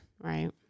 Right